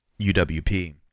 UWP